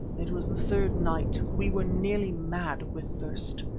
it was the third night we were nearly mad with thirst.